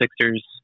Sixers